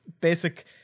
basic